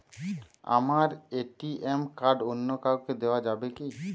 আমার ATM card অন্য কাউকে দেওয়া যাবে কি?